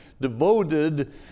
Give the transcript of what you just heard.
devoted